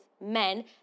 men